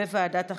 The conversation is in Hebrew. לוועדת החינוך,